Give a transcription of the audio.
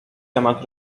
temat